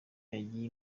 yagiye